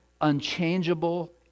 unchangeable